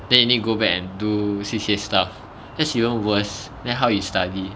then you need go back and do C_C_A stuff that's even worse then how you study